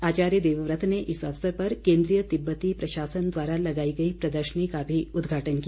आचार्य देवव्रत ने इस अवसर पर केंद्रीय तिब्बती प्रशासन द्वारा लगाई गई प्रदर्शनी का भी उद्घाटन किया